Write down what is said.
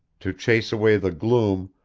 to chase away the gloom,